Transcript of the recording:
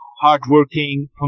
hardworking